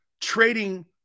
trading